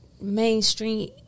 mainstream